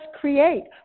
create